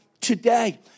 today